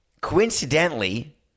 coincidentally